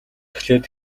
эхлээд